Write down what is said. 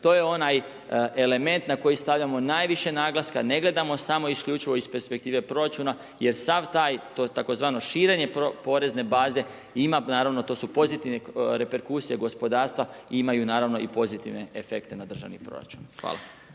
to je onaj element na koji stavljamo najviše naglaska, ne gledamo samo isključivo iz perspektive proračuna jer sav taj, to tzv. širenje porezne baze, ima naravno, to su pozitivne reperkusije gospodarstva, imaju i naravno i pozitivne efekte na državni proračun. Hvala.